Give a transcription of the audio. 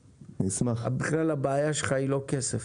בכלל הבעיה שלך היא לא כסף.